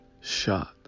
shot